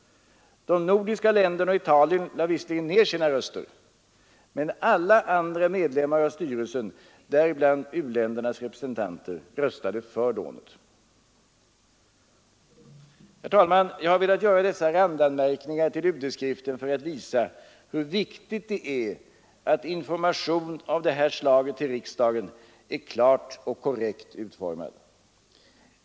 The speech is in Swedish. De nordiska länderna och Italien lade visserligen ner sina röster, men alla andra medlemmar av styrelsen, däribland wländernas representanter, röstade för lånet. Herr talman! Jag har velat göra dessa randanmärkningar till UD skriften för att visa hur viktigt det är att information av det här slaget till riksdagen är klart och korrekt utformad.